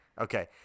Okay